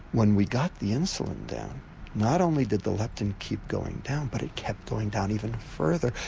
when we got the insulin down not only did the leptin keep going down but it kept going down even further.